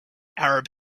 arab